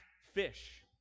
fish